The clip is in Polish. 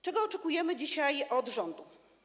Czego oczekujemy dzisiaj od rządu?